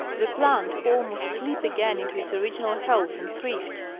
the plant almost leap again into its original health and thrift.